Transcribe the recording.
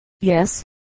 Yes